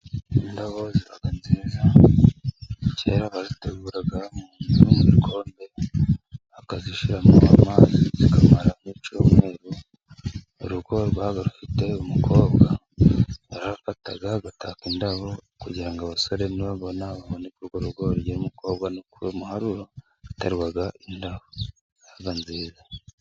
Indabo ziba nziza, kera baziteguraga mu nzu, no mu bikombe, bakazishyira nko mu ma vaze zikamaramo icyumweru, urugo rwabaga rufite umukobwa yarifataga agataka indabo kugirango abasore nibabona, babone ko urwo rugo rugira umukobwa, no ku muharuro haterwaga indabo, byabaga byiza.